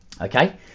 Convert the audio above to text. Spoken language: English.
okay